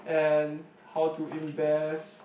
and how to invest